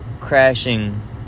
crashing